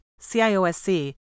CIOSC